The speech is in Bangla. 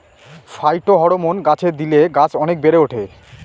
ফাইটোহরমোন গাছে দিলে গাছ অনেক বেড়ে ওঠে